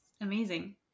amazing